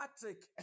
Patrick